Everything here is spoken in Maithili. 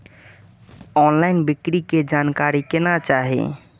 ऑनलईन बिक्री के जानकारी केना चाही?